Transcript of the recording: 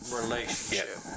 relationship